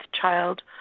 child